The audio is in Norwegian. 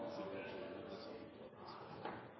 som står på